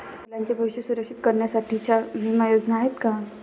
मुलांचे भविष्य सुरक्षित करण्यासाठीच्या विमा योजना आहेत का?